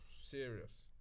Serious